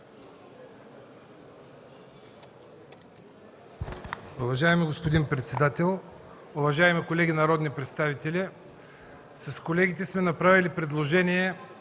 Уважаеми господин председател, уважаеми колеги народни представители! С колегите сме направили предложение